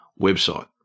website